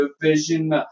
division